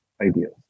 ideas